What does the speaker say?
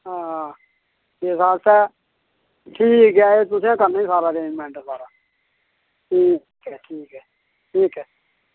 हां इस आस्तै ठीक ऐ एह् तुसें ई करना ऐ सारा अरेंज़मेंट सारा ठीक ऐ ठीक ऐ ठीक ऐ ठीक ऐ ठीक ऐ